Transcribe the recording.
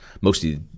mostly